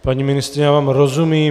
Paní ministryně, já vám rozumím.